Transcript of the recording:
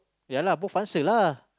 yeah lah both answer lah